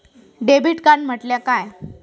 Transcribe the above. Debit card म्हटल्या काय?